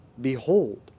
behold